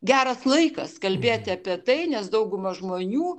geras laikas kalbėti apie tai nes dauguma žmonių